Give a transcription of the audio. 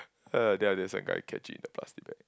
uh then I think after that some guy catch it in a plastic bag